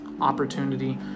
opportunity